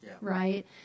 right